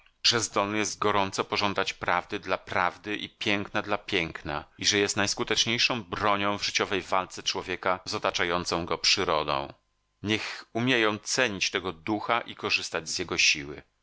że zdolny jest gorąco pożądać prawdy dla prawdy i piękna dla piękna i że jest najskuteczniejszą bronią w życiowej walce człowieka z otaczającą go przyrodą niech umieją cenić tego ducha i korzystać z jego siły